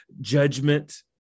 judgment